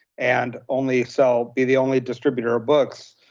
and only so be the only distributor of books,